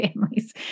families